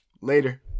later